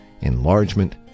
enlargement